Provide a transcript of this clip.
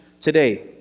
today